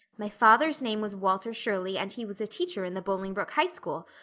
my father's name was walter shirley, and he was a teacher in the bolingbroke high school.